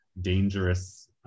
dangerous